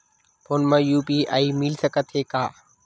Phone मा UPI मिल सकत हे का?